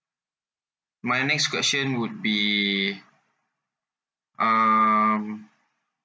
my next question would be um